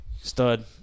Stud